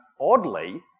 oddly